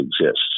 exists